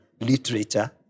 literature